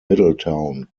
middletown